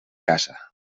caça